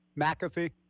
McAfee